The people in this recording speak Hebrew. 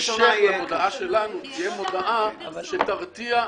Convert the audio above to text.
תהיה הודעה שתרתיע.